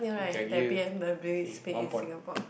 okay I give you okay one point